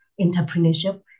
entrepreneurship